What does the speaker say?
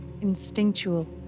instinctual